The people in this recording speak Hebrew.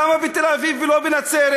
למה בתל-אביב ולא בנצרת?